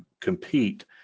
compete